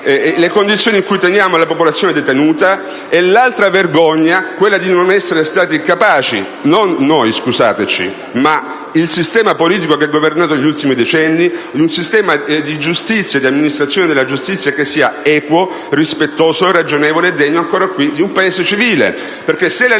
le condizioni in cui teniamo la popolazione detenuta - e la vergogna di non essere stati capaci - non noi, scusateci, ma il sistema politico che ha governato negli ultimi decenni - di creare un sistema di amministrazione della giustizia che sia equo, rispettoso, ragionevole e degno di un Paese civile. Se la